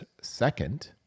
second